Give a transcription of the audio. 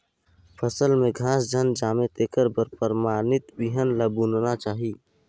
फसल में घास झन जामे तेखर बर परमानित बिहन ल बुनना चाही